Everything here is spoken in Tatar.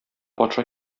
патша